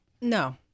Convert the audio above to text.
No